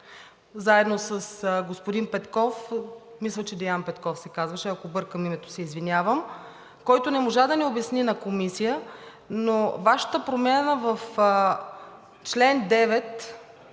заедно с господин Петков, мисля, че Деян Петков се казваше, ако бъркам името, се извинявам, който не можа да ни обясни на Комисия, но Вашата промяна в чл. 9